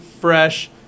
fresh